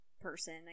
person